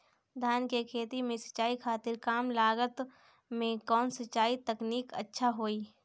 धान के खेती में सिंचाई खातिर कम लागत में कउन सिंचाई तकनीक अच्छा होई?